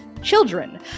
Children